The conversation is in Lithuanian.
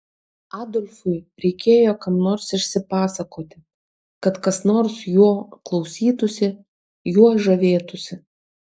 adolfui reikėjo kam nors išsipasakoti kad kas nors jo klausytųsi juo žavėtųsi